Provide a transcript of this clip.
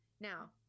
Now